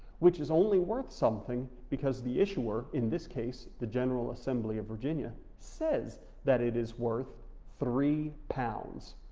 which is only worth something because the issuer, in this case, the general assembly of virginia, says that it is worth three pounds,